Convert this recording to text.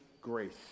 grace